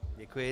Děkuji.